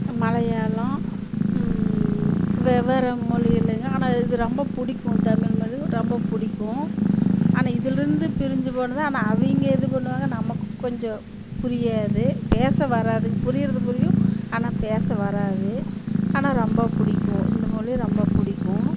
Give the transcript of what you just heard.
மலையாளம் வெவ்வேறு மொழிகள்லாங்க ஆனால் இது ரொம்ப பிடிக்கும் தமிழ் மொழி ரொம்ப பிடிக்கும் ஆனால் இதுலேருந்து பிரிஞ்சு போனது ஆனால் அவங்க இது பண்ணுவாங்க நமக்கு கொஞ்சம் புரியாது பேச வராது புரியுறது புரியும் ஆனால் பேச வராது ஆனால் ரொம்ப பிடிக்கும் இந்த மொழி ரொம்ப பிடிக்கும்